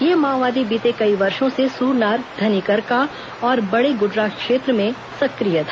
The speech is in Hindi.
यह माओवादी बीते कई वर्षो से सूरनार धनीकरका और बड़ेगुडरा क्षेत्र में संक्रिय था